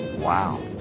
Wow